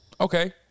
Okay